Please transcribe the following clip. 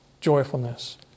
joyfulness